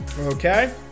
Okay